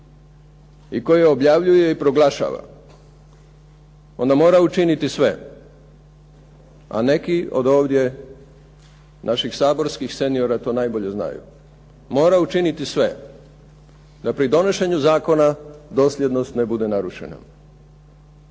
i koje objavljuje i proglašava onda mora učiniti sve, a neki od ovdje naših saborskih seniora to najbolje znaju. Mora učiniti sve da pridonošenju zakona dosljednost ne bude narušena.